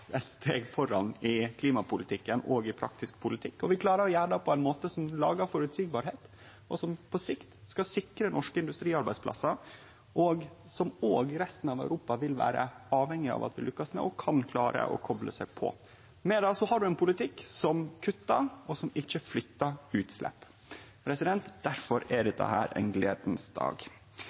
eit steg framover i klimapolitikken, og vi klarar å gjere det på ein måte som skapar føreseielegheit, og som på sikt skal sikre norske industriarbeidsplassar, som òg resten av Europa vil vere avhengige av at vi lykkast med, for at dei kan klare å kople seg på. Med det har ein ein politikk som kuttar og ikkje flyttar utslepp. Difor er dette ein gledeleg dag.